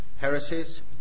Heresies